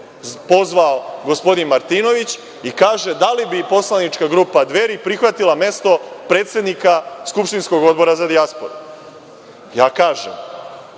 pozvao gospodin Martinović i kaže – da li poslanička grupa Dveri prihvatila mesto predsednika skupštinskog Odbora za dijasporu? Ja kažem,